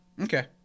Okay